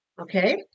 okay